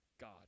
God